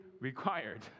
required